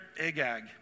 Agag